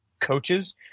coaches